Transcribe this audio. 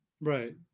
Right